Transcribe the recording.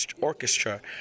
orchestra